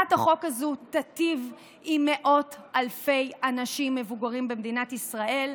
הצעת החוק הזו תיטיב עם מאות אלפי אנשים מבוגרים במדינת ישראל,